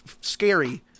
scary –